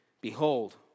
Behold